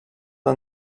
der